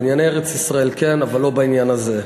בענייני ארץ-ישראל כן, אבל לא בעניין הזה.